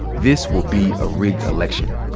this will be a rigged election.